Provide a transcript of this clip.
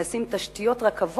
נשים תשתיות רכבות,